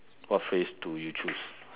what phrase do you choose